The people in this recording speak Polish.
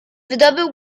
wydobył